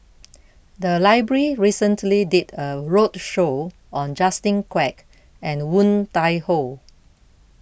the library recently did a roadshow on Justin Quek and Woon Tai Ho